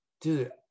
Dude